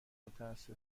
متاسف